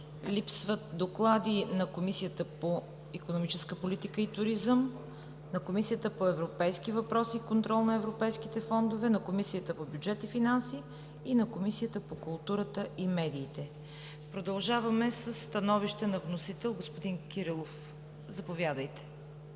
Липсват доклади на Комисията по икономическа политика и туризъм, на Комисията по европейските въпроси и контрол на европейските фондове, на Комисията по бюджет и финанси и на Комисията по културата и медиите. Продължаваме със становище на вносителя. Господин Кирилов, заповядайте.